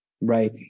right